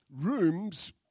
rooms